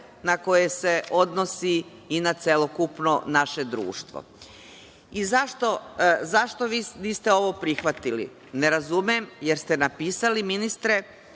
na koje se odnosi i na celokupno naše društvo.Zašto vi niste ovo prihvatili ne razumem jer ste napisali, ministre,